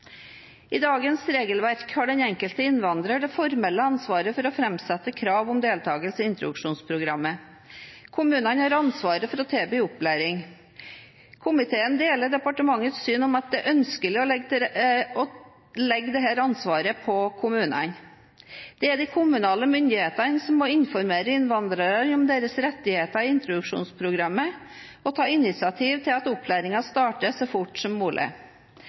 I dagens regelverk har den enkelte innvandrer det formelle ansvaret for å framsette krav om deltakelse i introduksjonsprogrammet. Kommunene har ansvaret for å tilby opplæring. Komiteen deler departementets syn om at det er ønskelig å legge dette ansvaret på kommunene. Det er de kommunale myndighetene som må informere innvandrere om deres rettigheter i introduksjonsprogrammet, og ta initiativ til at opplæringen starter så fort som